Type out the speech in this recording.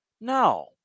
No